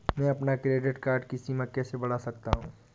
मैं अपने credit card की सीमा कैसे बढ़ा सकता हूँ?